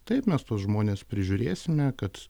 taip mes tuos žmones prižiūrėsime kad